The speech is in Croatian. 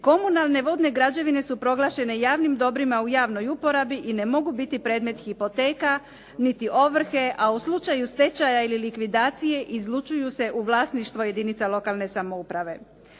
Komunalne vodne građevine su proglašene javnim dobrima u javnoj uporabi i ne mogu biti predmet hipoteka niti ovrhe, a u slučaju stečaja ili likvidacije izlučuju se u vlasništvo jedinica lokalne samouprave.